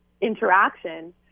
interaction